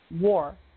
war